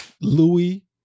Louis